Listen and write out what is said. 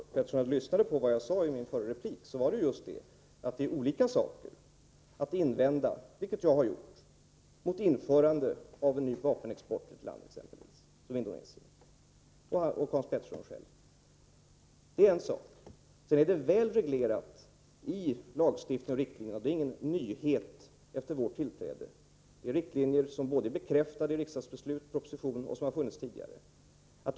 Herr talman! Om Hans Petersson i Hallstahammar hade lyssnat på vad jag sade i min förra replik hade han hört att det gällde olika saker. Det är en sak att — vilket jag själv och även Hans Petersson har gjort — invända mot införande av ny vapenexport till något land, som Indonesien. Den reglering som finns i lagstiftning och genom riktlinjer är ingen nyhet efter vårt tillträde. Det är riktlinjer som är bekräftade genom propositioner och riksdagsbeslut och som funnits tidigare.